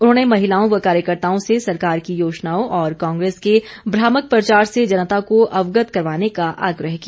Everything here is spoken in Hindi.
उन्होंने महिलाओं व कार्यकर्त्ताओं से सरकार की योजनाओं और कांग्रेस के भ्रामक प्रचार से जनता को अवगत कराने का आग्रह किया